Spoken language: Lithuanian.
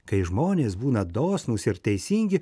kai žmonės būna dosnūs ir teisingi